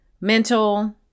mental